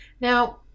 Now